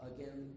Again